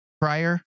prior